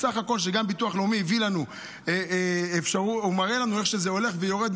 בסך הכול שגם ביטוח לאומי מראה לנו איך שזה הולך ויורד,